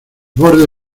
borde